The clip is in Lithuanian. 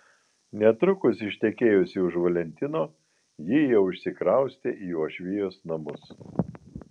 netrukus ištekėjusi už valentino ji jau išsikraustė į uošvijos namus